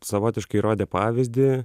savotiškai rodė pavyzdį